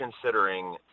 considering